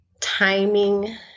timing